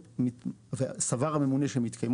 אבל אם זה לא נפתר שם והממונה סבר שמתקיימות